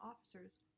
officers